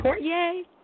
Yay